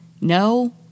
No